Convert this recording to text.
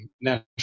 national